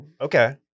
Okay